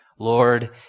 Lord